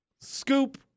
Scoop